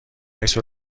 عکس